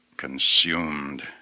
consumed